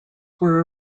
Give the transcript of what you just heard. were